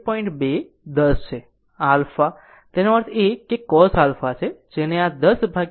2 10 છે આ α તેનો અર્થ એ છે કે cos α છે કે જેને આ 10 13